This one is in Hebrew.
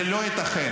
זה לא ייתכן.